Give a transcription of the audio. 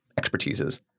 expertises